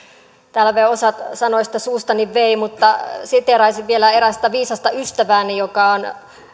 täällä jo osan sanoista suustani vei mutta siteeraisin vielä erästä viisasta ystävääni joka on